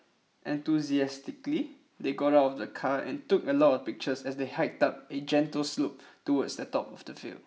enthusiastically they got out of the car and took a lot of pictures as they hiked up a gentle slope towards the top of the hill